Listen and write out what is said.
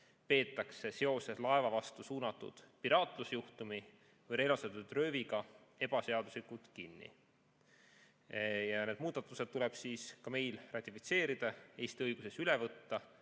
peetakse seoses laeva vastu suunatud piraatlusjuhtumi või relvastatud rööviga ebaseaduslikult kinni. Need muudatused tuleb ka meil ratifitseerida, Eesti õigusesse üle võtta.